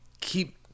keep